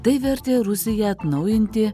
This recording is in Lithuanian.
tai vertė rusiją atnaujinti